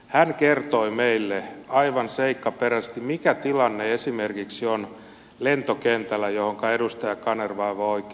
hän kertoi meille aivan seikkaperäisesti mikä tilanne on esimerkiksi lentokentällä johonka edustaja kanerva aivan oikein viittasi